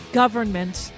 government